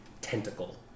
tentacle